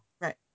right